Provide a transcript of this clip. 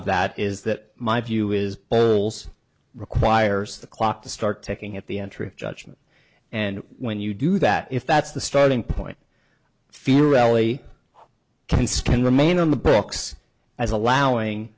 of that is that my view is requires the clock to start ticking at the entry of judgment and when you do that if that's the starting point feel rally kinston remain on the books as allowing